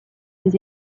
des